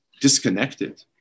disconnected